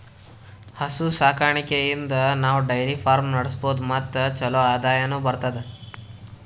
ಹಸು ಸಾಕಾಣಿಕೆಯಿಂದ್ ನಾವ್ ಡೈರಿ ಫಾರ್ಮ್ ನಡ್ಸಬಹುದ್ ಮತ್ ಚಲೋ ಆದಾಯನು ಬರ್ತದಾ